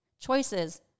Choices